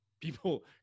people